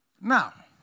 Now